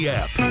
app